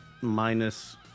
minus